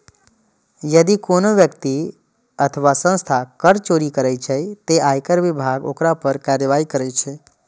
यदि कोनो व्यक्ति अथवा संस्था कर चोरी करै छै, ते आयकर विभाग ओकरा पर कार्रवाई करै छै